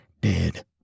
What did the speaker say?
dead